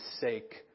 sake